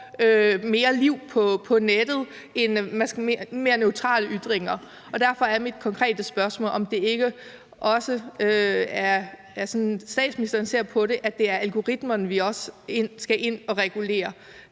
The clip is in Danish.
mere liv på nettet end mere neutrale ytringer, og derfor er mit konkrete spørgsmål, om statsministeren ikke også ser sådan på det, at det er algoritmerne, vi skal ind at regulere,